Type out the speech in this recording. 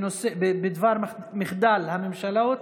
בדבר מחדל הממשלות